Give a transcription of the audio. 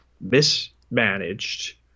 mismanaged